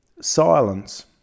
silence